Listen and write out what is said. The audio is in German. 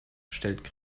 stellt